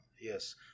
yes